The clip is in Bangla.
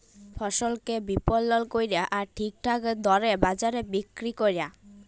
ফসলকে বিপলল ক্যরা আর ঠিকঠাক দরে বাজারে বিক্কিরি ক্যরা